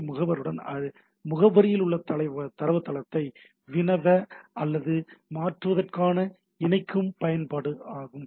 B முகவருடன் முகவரியில் உள்ள தரவுத்தளத்தை வினவ அல்லது மாற்றுவதற்காக இணைக்கும் ஒரு பயன்பாட்டு நிரலாகும்